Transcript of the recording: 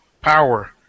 power